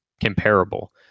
comparable